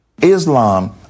Islam